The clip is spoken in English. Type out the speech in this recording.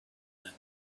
that